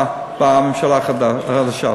בממשלה החדשה.